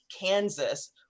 Kansas